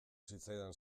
zitzaidan